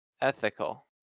Ethical